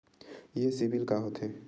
ये सीबिल का होथे?